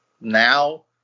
now